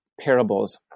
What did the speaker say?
parables